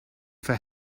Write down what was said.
for